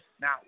Now